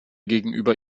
gegenüber